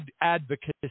advocacy